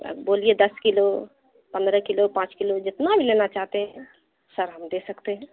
آپ بولیے دس کلو پندرہ کلو پانچ کلو جتنا بھی لینا چاہتے ہیں سر ہم دے سکتے ہیں